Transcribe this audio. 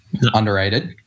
Underrated